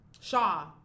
Shaw